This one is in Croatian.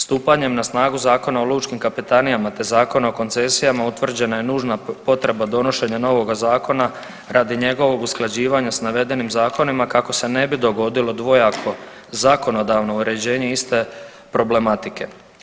Stupanjem na snagu Zakona o lučkim kapetanijama, te Zakona o koncesijama utvrđena je nužna potreba donošenja novoga zakona radi njegovog usklađivanja s navedenim zakonima kako se ne bi dogodilo dvojako zakonodavno uređenje iste problematike.